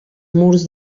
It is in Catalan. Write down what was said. murs